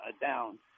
down